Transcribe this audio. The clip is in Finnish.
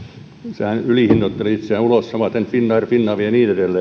sehän ylihinnoitteli itseään ulos ja samaten finnairin finavian